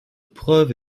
preuves